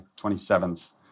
27th